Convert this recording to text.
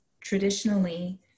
Traditionally